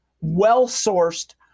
well-sourced